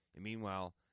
Meanwhile